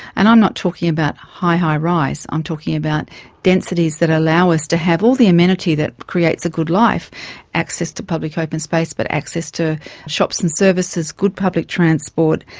and i'm not talking about high-high-rise, i'm talking about densities that allow us to have all the amenity that creates a good life access to public open space but access to shops and services, good public transport,